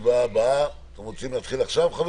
הקורונה החדש (הוראת שעה) (תיקון מס' 4),